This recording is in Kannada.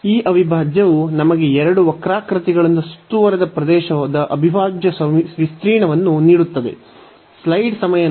ಈ ಅವಿಭಾಜ್ಯವು ನಮಗೆ ಎರಡು ವಕ್ರಾಕೃತಿಗಳಿಂದ ಸುತ್ತುವರಿದ ಪ್ರದೇಶದ ಅವಿಭಾಜ್ಯ ವಿಸ್ತೀರ್ಣವನ್ನು ನೀಡುತ್ತದೆ